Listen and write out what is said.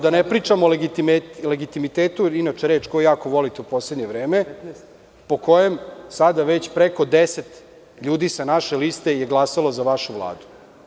Da ne pričam o legitimitetu, a to je inače reč koju jako volite u poslednje vreme, po kojem je sada već preko deset ljudi sa naše liste glasalo za vašu vladu.